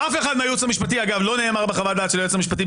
אף אחד מהייעוץ המשפטי אגב לא נאמר בחוות-הדעת של היועץ המשפטי,